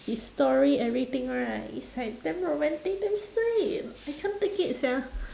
his story everything right it's like damn romantic damn sweet I can't take it sia